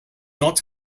not